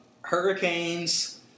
Hurricanes